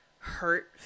hurt